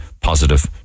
positive